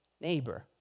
neighbor